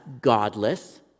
godless